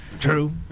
True